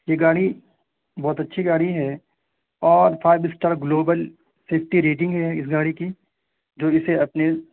یہ گاڑی بہت اچھی گاڑی ہے اور five star global safety rating ہے اس گاڑی کی جو اسے اپنے